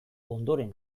ondoren